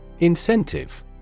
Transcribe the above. Incentive